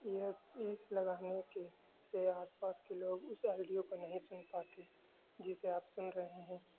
year پیس لگانے کے سے آس پاس کے لوگ اس آڈیو کو نہیں سن پاتے جسے آپ سن رہے ہیں